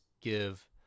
give